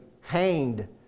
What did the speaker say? hanged